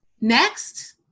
Next